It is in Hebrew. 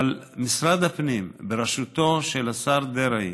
משרד הפנים בראשותו של השר דרעי